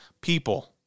people